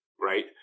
right